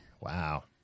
Wow